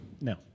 No